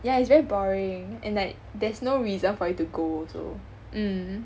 yeah it's very boring and like there's no reason for you to go also mm